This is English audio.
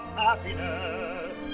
happiness